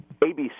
ABC